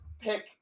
pick